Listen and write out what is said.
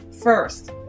first